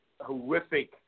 horrific